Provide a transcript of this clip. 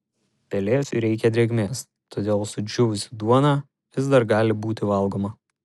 pelėsiui reikia drėgmės todėl sudžiūvusi duona vis dar gali būti valgoma